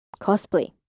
cosplay